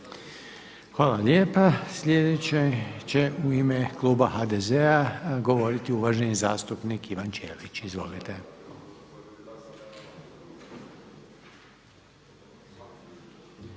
Hvala lijepa. Sljedeći će u ime kluba HDZ-a govoriti uvaženi zastupnik Jasen Mesić. **Mesić,